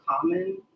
common